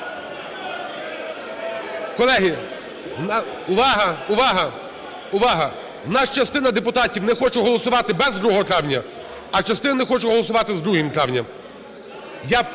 Колеги, увага! Увага! Увага! В нас частина депутатів не хочуть голосувати без 2 травня, а частина не хоче голосувати з 2 травня.